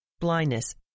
blindness